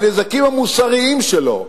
הנזקים המוסריים שלו.